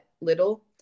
little